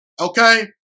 Okay